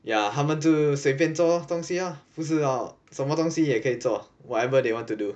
ya 他们就随便做东西 ah 不知道什么东西也可以做 whatever they want to do